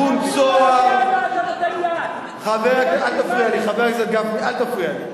חבר הכנסת גפני, אל תפריע לי.